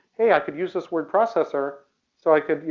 hey, i could use this word processor so i could, you